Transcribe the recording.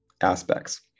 aspects